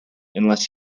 unless